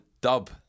dub